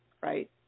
right